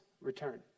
return